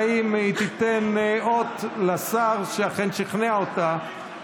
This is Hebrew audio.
והאם היא תיתן אות לשר שאכן הוא שכנע אותה